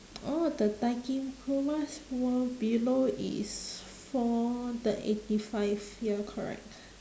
oh the dakimakuras were below is for the eighty five ya correct